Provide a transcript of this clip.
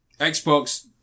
Xbox